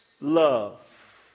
love